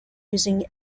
using